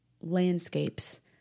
landscapes